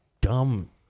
dumb